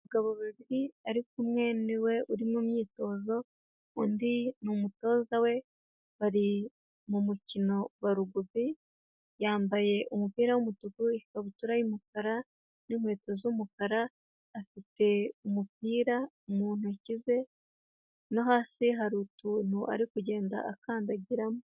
Abagabo babiri ari ko umwe niwe uri mumyitozo, undi ni umutoza we bari mu mukino wa rugubi, yambaye umupira w'umutuku ikabutura y'umukara n'inkweto z'umukara, afite umupira mu ntoki ze no hasi hari utuntu ari kugenda akandagiramo.